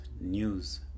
news